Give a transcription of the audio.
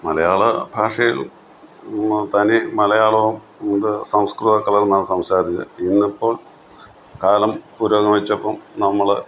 മലയാള ഭാഷയിൽ തനി മലയാളവും ഇത് സംസ്കൃതവും കലർന്നാണ് സംസാരിച്ചത് ഇന്ന് ഇപ്പോൾ കാലം പുരോഗമിച്ചപ്പം നമ്മൾ